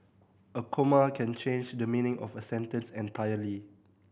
a comma can change the meaning of a sentence entirely